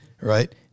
right